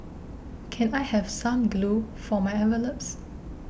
can I have some glue for my envelopes